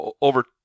over